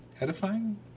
Edifying